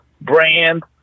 brand